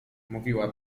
mówiła